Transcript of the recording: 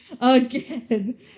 again